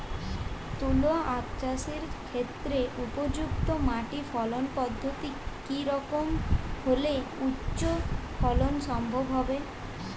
তুলো আঁখ চাষের ক্ষেত্রে উপযুক্ত মাটি ফলন পদ্ধতি কী রকম হলে উচ্চ ফলন সম্ভব হবে?